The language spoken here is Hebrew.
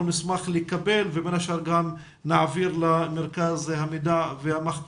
נשמח לקבל ובין השאר גם נעביר למרכז המחקר והמידע